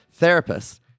therapists